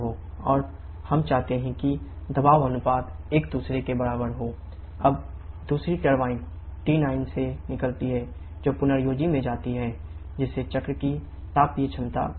और फिर से आदर्श परिदृश्य में जाती है जिससे चक्र की तापीय क्षमता बढ़ती है